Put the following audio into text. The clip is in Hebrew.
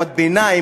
מעמד ביניים,